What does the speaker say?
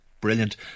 Brilliant